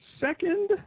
Second